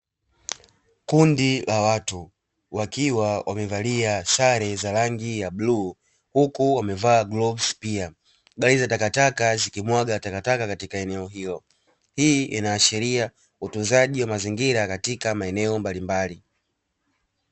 Kundi la watu wakiwa wamevalia sare za rangi ya bluu, huku wamevaa glovuzi, pia gari za takataka zikimwaga takataka katika eneo hilo, hii inaashiria utunzaji wa mazingira katika maeneo mbalimbali.